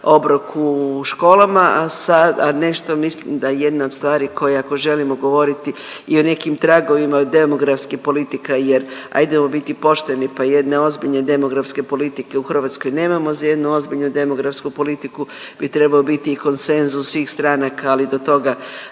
obrok u školama, a sada nešto mislim da je jedna od stvari koja ako želimo govoriti i o nekim tragovima demografskih politika jer ajdemo biti pošteni, pa jedne ozbiljne demografske politike u Hrvatskoj nemamo, za jednu ozbiljnu demografsku politiku bi trebao biti i konsenzus svih stranaka, ali do toga